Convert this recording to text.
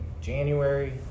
January